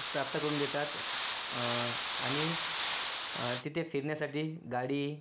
प्राप्त करून देतात आणि तिथे फिरण्यासाठी गाडी